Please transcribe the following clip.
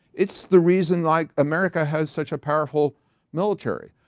it's the reason like america has such a powerful military.